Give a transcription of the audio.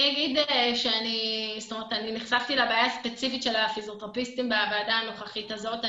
נחשפתי לבעיה הספציפית של הפיזיותרפיסטים בוועדה הנוכחית הזאת.